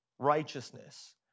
righteousness